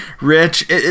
Rich